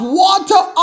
water